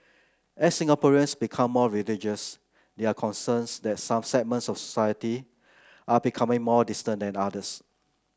as Singaporeans become more religious there are concerns that some segments of society are becoming more distant and others